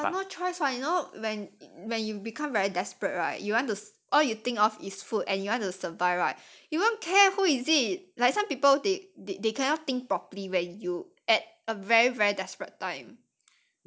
but no choice [what] you know when you when you become very desperate right you want to all you think of is food and you want to survive right you won't care who is it like some people they they cannot think properly when you at a very very desperate time